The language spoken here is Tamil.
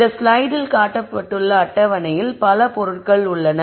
இந்த ஸ்லைடில் காட்டப்பட்டுள்ள அட்டவணையில் பல பொருள்கள் உள்ளன